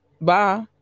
Bye